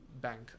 bank